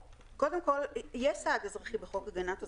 קודם כל, יש סעד אזרחי בחוק הגנת הצרכן.